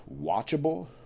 watchable